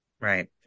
Right